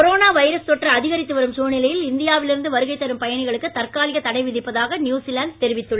corona virus தொற்று அதிகாித்து வரும் சூழ்நிலையில் இந்தியாவிலிருந்து வருகை தரும் பயணிகளுக்கு தற்காலிக தடை விதிப்பதாக நியூசிலாந்து தொிவித்துள்ளது